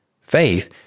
Faith